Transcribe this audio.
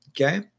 okay